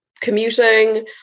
commuting